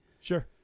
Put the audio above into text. Sure